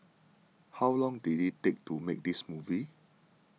how long did it take to make this movie